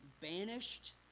banished